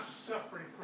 suffering